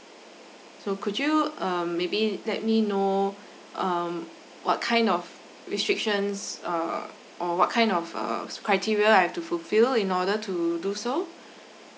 so could you um maybe let me know um what kind of restrictions err or what kind of uh criteria I've to fulfil in order to do so